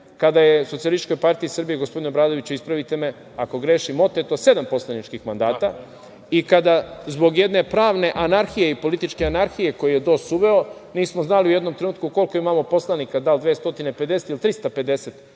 kada je SPS, gospodine Obradoviću ispravite me ako grešim, oteto sedam poslaničkih mandata i kada zbog jedne pravne i političke anarhije koju je DOS uveo nismo znali u jednom trenutku koliko imamo poslanika, da li 250 ili 350